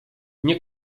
nie